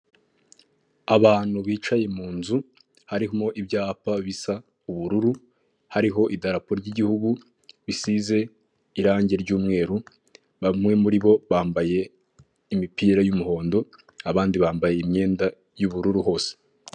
Abantu bicaye mu nzu harimo ibyapa bisa ubururu hariho idarapo ry'igihugu bisize irangi ry'umweru bamwe muri bo bambaye imipira y'umuhondo abandi bambaye imyenda y'ubururu hose.